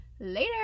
Later